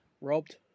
Robbed